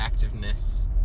activeness